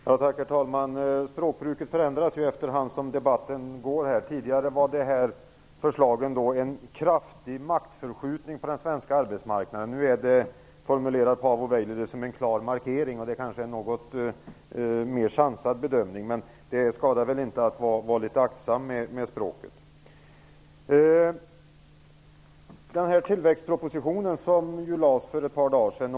Herr talman! Språkbruket förändras allteftersom debatten fortsätter här. Tidigare var förslagen "en kraftig maktförskjutning på den svenska arbetsmarknaden". Nu är Paavo Vallius formulering att det är en klar markering, och det är kanske en mera sansad bedömning. Det skadar kanske inte att vara litet aktsam med språket. Tillväxtpropositionen lades ju fram för ett par dagar sedan.